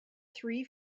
three